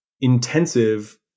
intensive